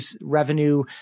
revenue